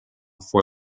for